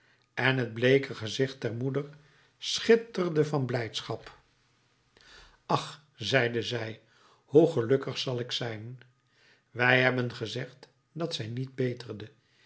en t bleeke gezicht der moeder schitterde van blijdschap ach zeide zij hoe gelukkig zal ik zijn wij hebben gezegd dat zij niet beterde